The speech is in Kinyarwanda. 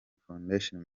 foundation